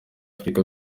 africa